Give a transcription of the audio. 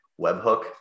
webhook